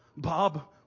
Bob